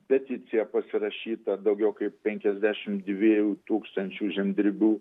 peticija pasirašyta daugiau kaip penkiasdešim dviejų tūkstančių žemdirbių